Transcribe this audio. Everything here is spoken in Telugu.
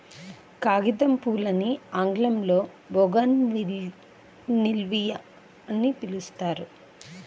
కాగితంపూలని ఆంగ్లంలో బోగాన్విల్లియ అని పిలుస్తారు